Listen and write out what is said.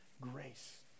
grace